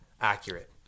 accurate